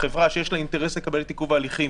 החברה שיש לה אינטרס לקבל את עיכוב ההליכים